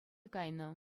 кайнӑ